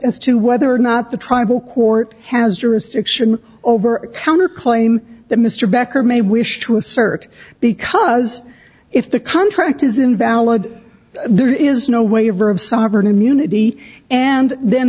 as to whether or not the tribal court has jurisdiction over a counter claim that mr becker may wish to assert because if the contract is invalid there is no waiver of sovereign immunity and then